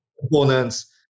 components